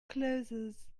closes